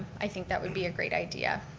i think that would be a great idea.